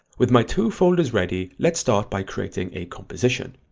with my two folders ready let's start by creating a composition.